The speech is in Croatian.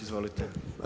Izvolite.